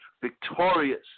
victorious